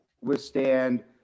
withstand